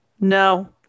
No